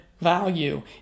value